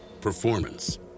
performance